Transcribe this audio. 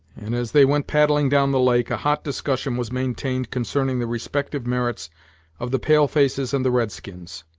and as they went paddling down the lake, a hot discussion was maintained concerning the respective merits of the pale-faces and the red-skins.